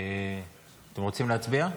אתם רוצים להצביע?